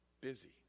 busy